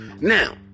Now